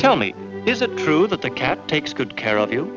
tell me is it true that the cat takes good care of you